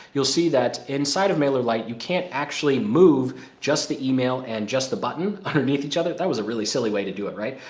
you'll see that inside of mailer light, you can't actually move just the email and just the button underneath each other that was a really silly way to do it, right?